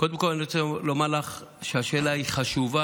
קודם כול אני רוצה לומר לך שהשאלה היא חשובה